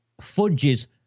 fudges